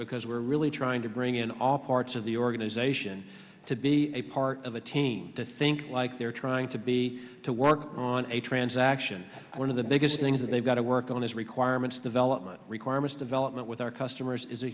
because we're really trying to bring in all parts of the organization to be a part of a team to think like they're trying to be to work on a transaction one of the biggest things that they've got to work on is requirements development requirements development with our customers is a